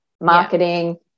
marketing